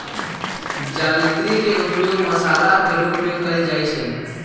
जावित्री के उपयोग मसाला के रूप में कइल जाहई